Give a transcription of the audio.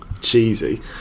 cheesy